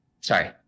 sorry